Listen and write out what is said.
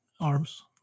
arms